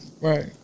Right